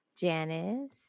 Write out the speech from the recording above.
Janice